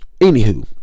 anywho